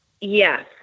Yes